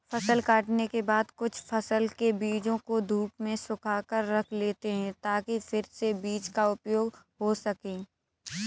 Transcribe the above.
फसल काटने के बाद कुछ फसल के बीजों को धूप में सुखाकर रख लेते हैं ताकि फिर से बीज का उपयोग हो सकें